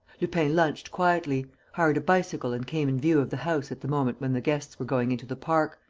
lupin lunched quietly, hired a bicycle and came in view of the house at the moment when the guests were going into the park,